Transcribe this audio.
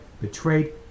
betrayed